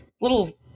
little